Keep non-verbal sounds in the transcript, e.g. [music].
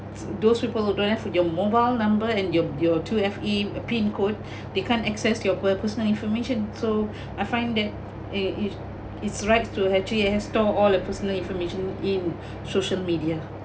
those people who don't have your mobile number and your your two F_A pin code [breath] they can't access your per~ personal information so [breath] I find that uh it it's right to have actually stored all your personal information in [breath] social media